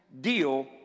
deal